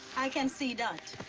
i can see that.